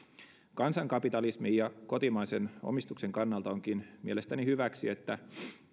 kansankapitalismin ja kotimaisen omistuksen kannalta onkin mielestäni hyväksi että